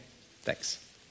Thanks